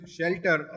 shelter